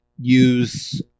use